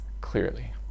clearly